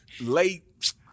late